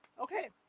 Okay